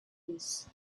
peace